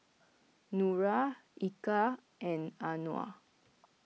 Nura Eka and Anuar